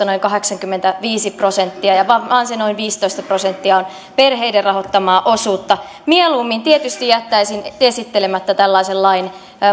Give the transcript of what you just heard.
noin kahdeksankymmentäviisi prosenttia ja vain se noin viisitoista prosenttia on perheiden rahoittamaa osuutta mieluummin tietysti jättäisin esittelemättä tällaisen lain